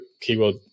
keyword